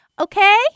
Okay